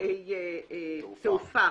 שירותי תעופה